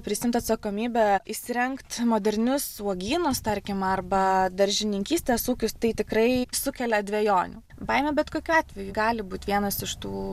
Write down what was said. prisiimt atsakomybę įsirengt modernius uogynus tarkim arba daržininkystės ūkius tai tikrai sukelia dvejonių baimė bet kokiu atveju gali būt vienas iš tų